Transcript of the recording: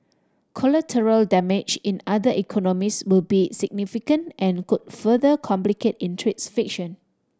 collateral damage in other economies will be significant and could further complicate in trades friction